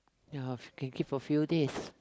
ya can keep for few days